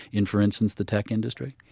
in for instance, the tech industry?